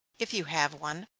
if you have one,